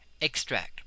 Extract